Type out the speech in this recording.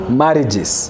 marriages